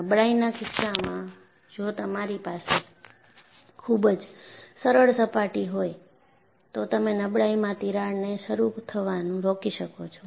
નબળાઈના કિસ્સામાં જો તમારી પાસે ખૂબ જ સરળ સપાટી હોય તો તમે નબળાઈમાં તીરાડને શરૂ થવાનું રોકી શકો છો